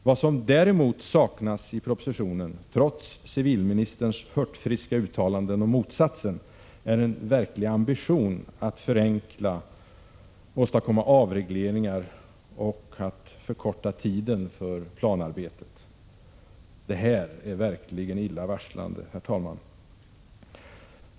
Vad som däremot saknas i propositionen, trots civilministerns hurtfriska uttalanden om motsatsen, är en verklig ambition att förenkla, att åstadkomma avregleringar och att förkorta tiden för planarbetet. Det är verkligen illavarslande, herr talman!